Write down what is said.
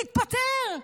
תתפטר.